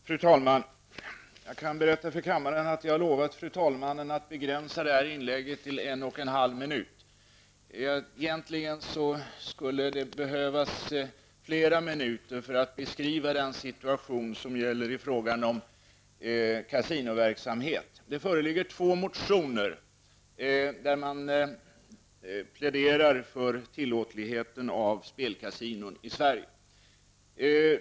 Fru talman! Jag kan berätta för kammaren att jag har lovat fru talman att begränsa inlägget till en och en halv minut. Egentligen skulle det behövas flera minuter för att beskriva den situation som gäller i fråga om kasinoverksamhet. Det föreligger två motioner där man pläderar för att spelkasinon skall tillåtas i Sverige.